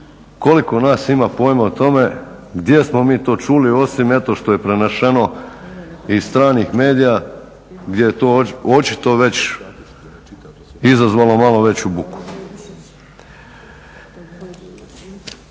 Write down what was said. koliko nas uopće ima pojma o tome? Gdje smo mi to čuli osim eto što je prenešeno iz stranih medija gdje je to očito već izazvalo malo veću buku.